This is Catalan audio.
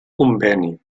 conveni